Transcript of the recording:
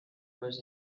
was